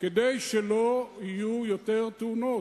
כדי שלא יהיו יותר תאונות.